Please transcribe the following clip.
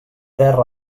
terra